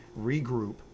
regroup